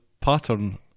pattern